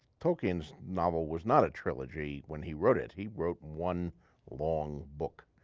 tolkien's novel was not a trilogy when he wrote it. he wrote one long book.